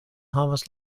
havas